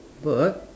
bird